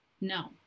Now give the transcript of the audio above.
No